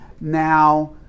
now